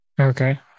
Okay